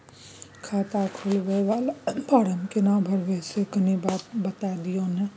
खाता खोलैबय वाला फारम केना भरबै से कनी बात दिय न?